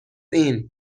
این